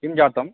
किं जातं